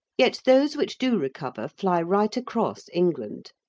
yet those which do recover fly right across england,